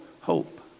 hope